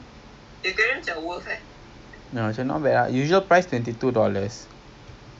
two o'clock would be a very macam practical time two to three o'clock